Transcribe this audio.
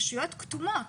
ברשויות כתומות,